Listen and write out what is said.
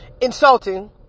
insulting